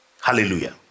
Hallelujah